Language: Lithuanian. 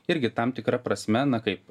irgi tam tikra prasme na kaip